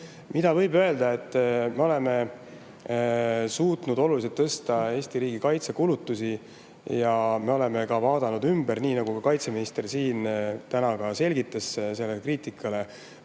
teema. Võib öelda, et me oleme suutnud oluliselt tõsta Eesti riigikaitsekulutusi ja oleme üle vaadanud – nii nagu ka kaitseminister siin täna selgitas sellele kriitikale